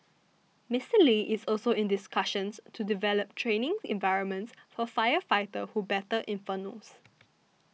Mister Lee is also in discussions to develop training environments for firefighters who battle infernos